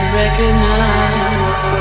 recognize